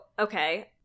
okay